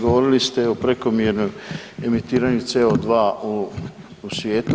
Govorili ste o prekomjernom emitiranju CO2 u svijetu.